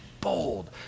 bold